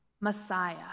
Messiah